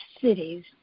cities